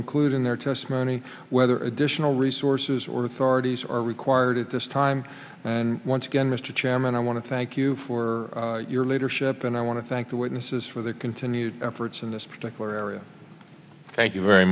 include in their testimony whether additional resources or authorities are required at this time and once again mr chairman i want to thank you for your leadership and i want to thank the witnesses for their continued efforts in this particular area thank you very